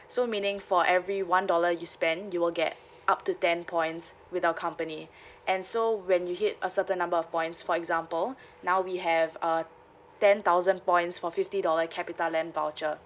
so meaning for every one dollar you spend you will get up to ten points with our company and so when you hit a certain number of points for example now we have uh ten thousand points for fifty dollar capitaland voucher